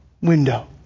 window